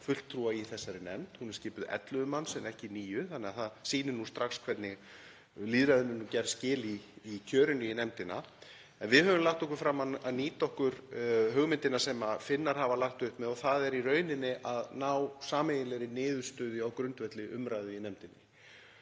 fulltrúa í þessari nefnd. Hún er skipuð 11 manns en ekki 9, þannig að það sýnir nú strax hvernig lýðræðinu eru gerð skil í kjörinu í nefndina. En við höfum lagt okkur fram um að nýta okkur hugmyndina sem Finnar hafa lagt upp með og það er í rauninni að ná sameiginlegri niðurstöðu á grundvelli umræðu í nefndinni.